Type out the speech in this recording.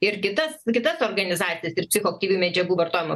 ir kitas kitas organizacijas ir psichoaktyvių medžiagų vartojimo